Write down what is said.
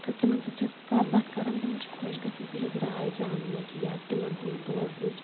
تہٕ تِمن سۭتۍ چھس بہٕ کتھ باتھ کران تہٕ مےٚ چھُ خۄش گژھان تِہٕنٛز راے زاننٕچ یا تِمن ہُند بوزنٕچ